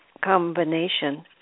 combination